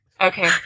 okay